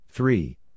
Three